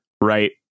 Right